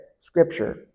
scripture